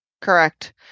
Correct